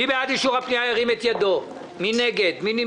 יצא קול קורא